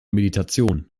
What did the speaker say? meditation